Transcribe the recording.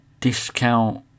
discount